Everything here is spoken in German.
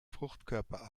fruchtkörper